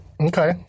Okay